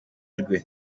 rwe